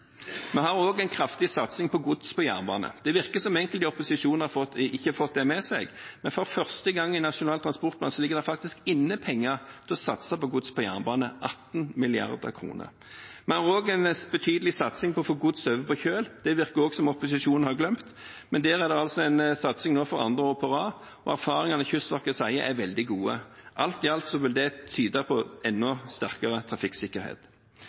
Vi har også en kraftig satsing på gods på jernbane. Det virker som om enkelte i opposisjonen ikke har fått det med seg, men for første gang ligger det faktisk penger i Nasjonal transportplan til å satse på gods på jernbane – 18 mrd. kr. Vi har også en betydelig satsing for å få gods over på kjøl. Det virker det også som opposisjonen har glemt. Der er det en satsing for andre år på rad, og erfaringene er veldig gode. Alt i alt tyder dette på en enda sterkere trafikksikkerhet.